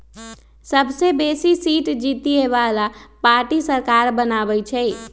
सबसे बेशी सीट जीतय बला पार्टी सरकार बनबइ छइ